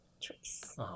choice